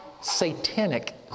satanic